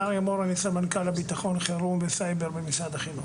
סמנכ"ל ביטחון וחירום וסייבר במשרד החינוך.